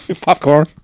Popcorn